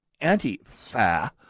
anti-FA